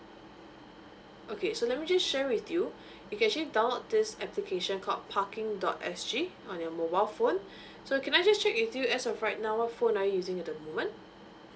okay so let me just share with you actually download this application called parking dot S G on your mobile phone so can I just check with you as of right now what phone are you using the moment